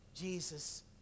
Jesus